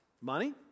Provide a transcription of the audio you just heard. Money